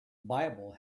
bible